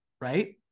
right